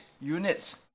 units